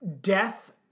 death